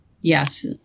Yes